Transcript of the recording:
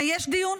ויש דיון.